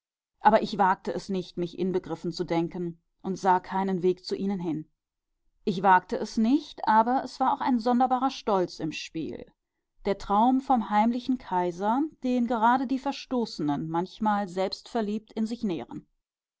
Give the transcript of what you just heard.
aber ich wagte es nicht mich inbegriffen zu denken und sah keinen weg zu ihnen hin ich wagte es nicht aber es war auch ein sonderbarer stolz im spiel der traum vom heimlichen kaiser den gerade die verstoßenen manchmal selbstverliebt in sich nähren